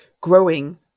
growing